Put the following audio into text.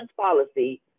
policy